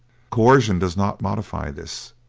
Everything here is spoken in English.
coercion does not modify this,